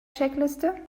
checkliste